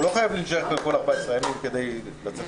הוא לא חייב להישאר כאן במשך כל 14 הימים כדי לצאת מכאן.